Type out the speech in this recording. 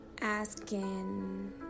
asking